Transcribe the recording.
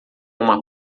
uma